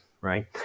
right